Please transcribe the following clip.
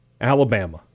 Alabama